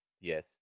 Yes